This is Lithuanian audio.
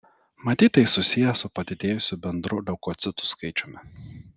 matyt tai susiję su padidėjusiu bendru leukocitų skaičiumi